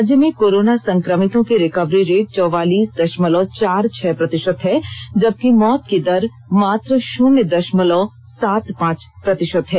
राज्य में कोरोना संक्रमितों की रिकवरी रेट चौवालीस दशमलव चार छह प्रतिशत है जबकि मौत की दर मात्र शून्य दशमलव सात पांच प्रतिशत है